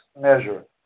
measure